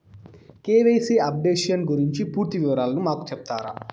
KYC updation గురించి పూర్తి వివరాలు మాకు సెప్తారా?